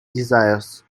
desires